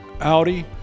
Audi